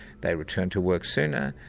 they return to work sooner,